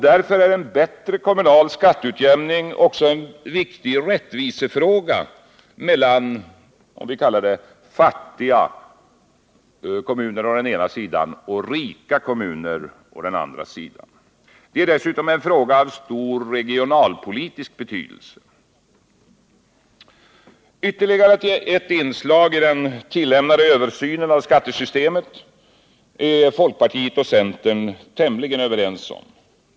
Därför är en bättre kommunal skatteutjämning också en viktig rättvisefråga mellan ”fattiga” och ”rika” kommuner. Det är dessutom en fråga av stor regionalpolitisk betydelse. Ytterligare ett inslag i den tillämnade översynen av skattesystemet är folkpartiet och centern tämligen överens om.